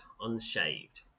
unshaved